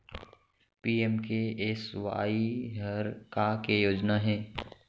PMKSY हर का के योजना हे?